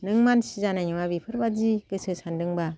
नों मानसि जानाय नङा बेफोरबायदि गोसो सानदोंबा